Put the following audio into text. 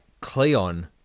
Cleon